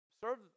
serve